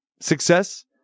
success